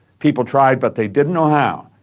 people tried, but they didn't know how,